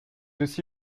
aussi